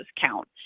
count